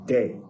Day